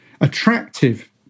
attractive